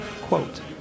quote